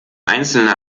einzelne